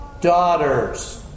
daughters